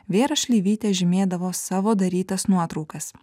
vėra šleivytė žymėdavo savo darytas nuotraukas